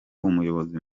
umuyobozi